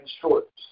shorts